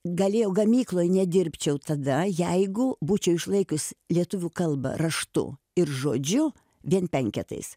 galėjau gamykloj nedirbčiau tada jeigu būčiau išlaikius lietuvių kalbą raštu ir žodžiu vien penketais